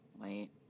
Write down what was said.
Wait